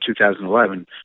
2011